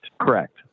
correct